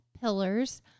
pillars